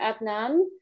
Adnan